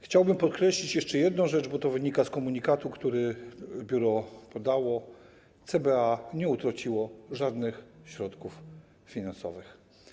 Chciałbym podkreślić jeszcze jedną rzecz, bo to wynika z komunikatu, który podało biuro: CBA nie utraciło żadnych środków finansowych.